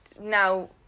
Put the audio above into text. now